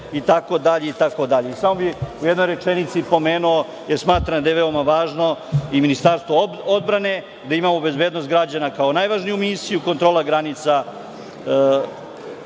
kontrole itd. samo bih u jednoj rečenici pomenuo jer smatram da je veoma važno i Ministarstvo odbrane, da imamo bezbednost građana kao najvažniju misiju. Kontrolu granica